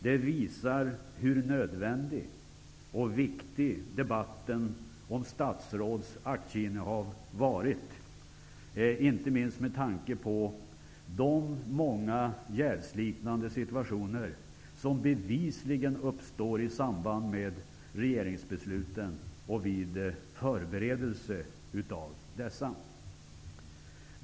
Det visar hur nödvändig och viktig debatten om statsråds aktieinnehav varit, inte minst med tanke på de många jävsliknande situationer som bevisligen uppstår i samband med regeringsbesluten och vid förberedelse av dessa.